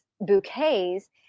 bouquets